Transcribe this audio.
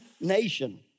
nation